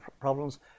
problems